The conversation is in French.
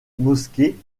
mosquées